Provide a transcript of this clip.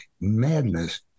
madness